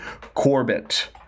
Corbett